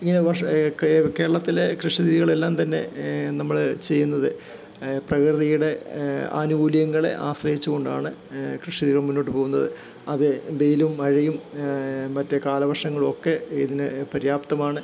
ഇങ്ങനെ കേരളത്തിലെ കൃഷിരീതികളെല്ലാം തന്നെ നമ്മള് ചെയ്യുന്നത് പ്രകൃതിയുടെ ആനുകൂല്യങ്ങളെ ആശ്രയിച്ച് കൊണ്ടാണ് കൃഷീക്കെ മുന്നോട്ട് പോകുന്നത് അത് വെയിലും മഴയും മറ്റു കാലവർഷങ്ങളൊക്കെ ഇതിന് പര്യാപ്തമാണ്